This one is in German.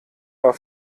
war